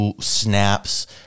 snaps